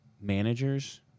managers